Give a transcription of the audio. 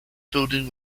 building